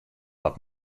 dat